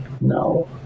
No